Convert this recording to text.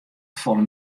folle